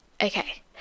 okay